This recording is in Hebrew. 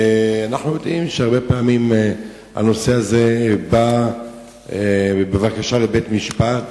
אנחנו יודעים שהרבה פעמים הנושא הזה בא כבקשה לבית-משפט,